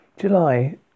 July